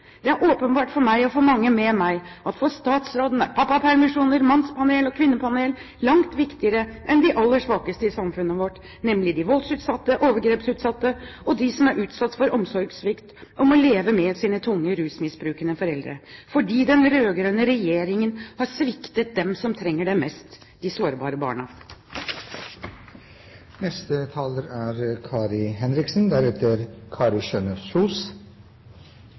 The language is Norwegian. Det er åpenbart for meg – og mange med meg – at for statsråden er pappapermisjoner, mannspanel og kvinnepanel langt viktigere enn de aller svakeste i samfunnet vårt, nemlig de voldsutsatte, overgrepsutsatte, og de som er utsatt for omsorgssvikt og må leve med sine tunge rusmiddelmisbrukende foreldre, fordi den rød-grønne regjeringen har sviktet dem som trenger det mest – de sårbare barna.